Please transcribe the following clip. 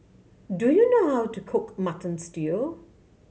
do you know how to cook Mutton Stew